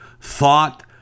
thought